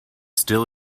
still